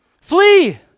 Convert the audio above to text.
Flee